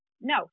No